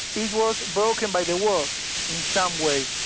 it was broken by the war in some way,